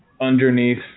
underneath